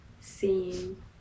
seeing